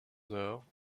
heures